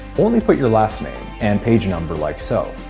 only put your last name, and page number like so